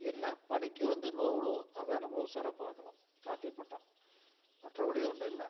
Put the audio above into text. என்ன பனிக்கு வந்து நோய் உழுவும் அதை நம்ம உஷாராக பாக்கணும் கார்த்திகை பட்டம் மற்றபடி ஒன்றும் இல்லை